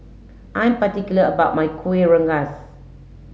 I am particular about my Kuih Rengas